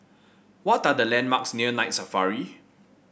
what are the landmarks near Night Safari